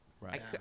Right